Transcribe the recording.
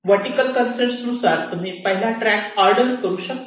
vertical constrain नुसार तुम्ही पहिला ट्रॅक ऑर्डर करू शकतात